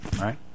right